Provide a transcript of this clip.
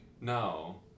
No